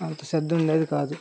అంత శ్రద్ధ ఉండేది కాదు